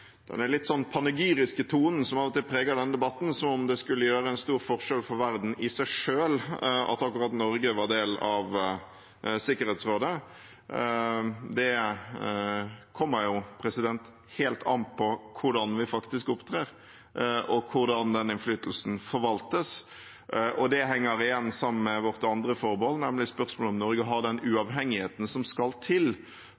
den litt panegyriske tonen som av og til preger denne debatten, som om det skulle gjøre en stor forskjell for verden i seg selv at akkurat Norge var del av Sikkerhetsrådet. Det kommer jo helt an på hvordan vi faktisk opptrer, og hvordan den innflytelsen forvaltes. Det henger igjen sammen med vårt andre forbehold, nemlig spørsmålet om Norge har den